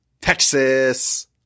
Texas